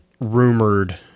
rumored